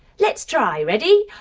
let's try, ready?